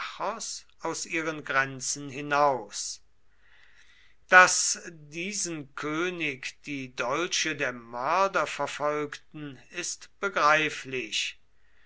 aus ihren grenzen hinaus daß diesen könig die dolche der mörder verfolgten ist begreiflich